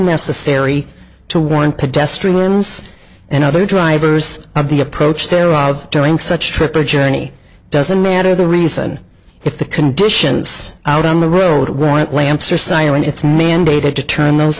necessary to warn pedestrians and other drivers of the approach they arrive during such trip a journey doesn't matter the reason if the conditions out on the road weren't lamps or siren it's mandated to turn those